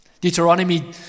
Deuteronomy